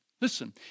Listen